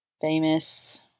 famous